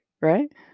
right